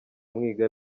mwiga